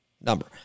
number